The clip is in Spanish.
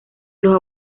los